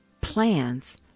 plans